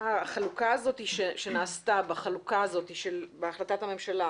החלוקה הזאת שנעשתה בהחלטת הממשלה